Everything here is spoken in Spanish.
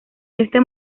este